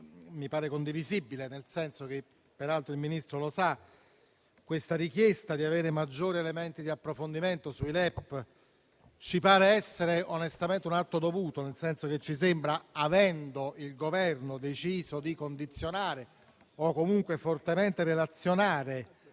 mi pare condivisibile. Peraltro il Ministro lo sa: questa richiesta di avere maggiori elementi di approfondimento sui LEP ci pare essere onestamente un atto dovuto. Avendo il Governo deciso di condizionare o comunque fortemente relazionare